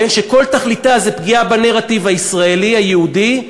שכל תכליתה פגיעה בנרטיב הישראלי היהודי,